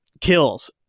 Kills